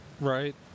Right